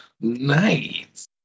Nice